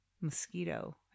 mosquito